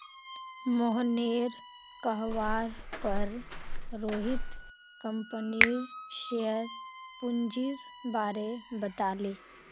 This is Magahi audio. मोहनेर कहवार पर रोहित कंपनीर शेयर पूंजीर बारें बताले